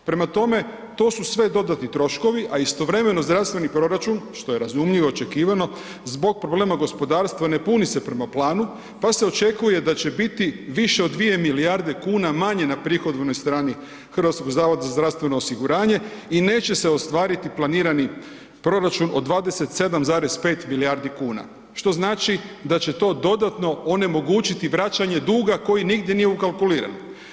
Prema tome, to su sve dodatni troškovi a istovremeno zdravstveni proračun što je razumljivo, očekivano, zbog problema gospodarstva, ne puni se prema planu pa se očekuje da će biti više od 2 milijardi kuna manje na prihodovnoj strani HZZO-a i neće se ostvariti planirani proračun od 27,5 milijardi kuna što znači da će to dodatno onemogućiti vraćanje duga koji nigdje nije ukalkuliran.